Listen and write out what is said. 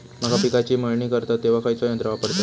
मका पिकाची मळणी करतत तेव्हा खैयचो यंत्र वापरतत?